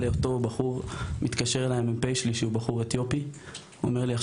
המ"פ שלי שהוא בחור אתיופי מתקשר אליי ואומר לי,